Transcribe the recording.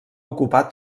ocupar